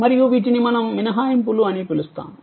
మరియు వీటిని మనం మినహాయింపులు అని పిలుస్తాము